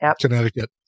connecticut